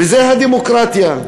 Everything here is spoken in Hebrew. וזאת הדמוקרטיה.